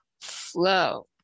flow